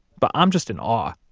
but i'm just in awe.